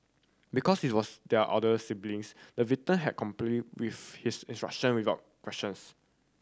because he was their elder siblings the victim had complied with his instruction without questions